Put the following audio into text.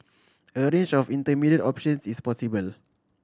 a range of intermediate options is possible